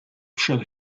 przed